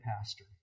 pastor